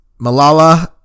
malala